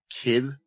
kid